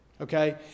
Okay